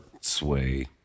sway